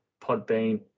Podbean